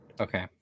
Okay